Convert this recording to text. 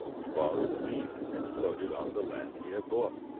he borrowed seed, and sowed it on the land he had bought.